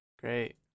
Great